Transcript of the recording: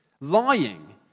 Lying